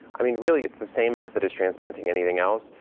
i mean, really it's the same method as transplanting anything else.